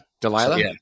Delilah